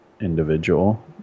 individual